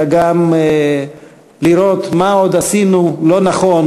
אלא גם לראות מה עוד עשינו לא נכון,